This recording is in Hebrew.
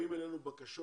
באות אלינו בקשות.